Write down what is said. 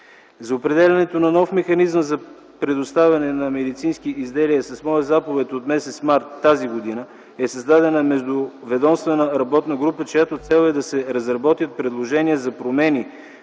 За определянето на нов механизъм за предоставяне на медицински изделия с моя заповед от м. март 2010 г. е създадена междуведомствена работна група, чиято цел е да се разработят предложения за промени